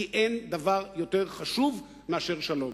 כי אין דבר יותר חשוב מאשר שלום.